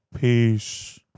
Peace